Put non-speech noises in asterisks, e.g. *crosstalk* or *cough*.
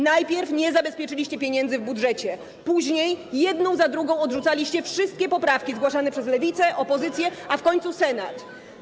Najpierw nie zabezpieczyliście pieniędzy w budżecie, *noise* później odrzucaliście wszystkie poprawki, jedną za drugą, zgłaszane przez Lewicę, opozycję, a w końcu Senat.